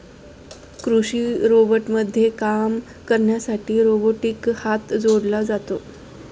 कृषी रोबोटमध्ये काम करण्यासाठी रोबोटिक हात जोडला जातो